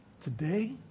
Today